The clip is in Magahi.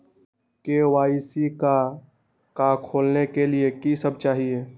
के.वाई.सी का का खोलने के लिए कि सब चाहिए?